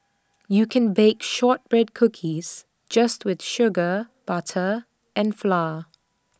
you can bake Shortbread Cookies just with sugar butter and flour